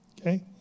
okay